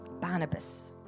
Barnabas